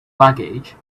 baggage